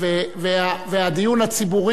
והדיון הציבורי,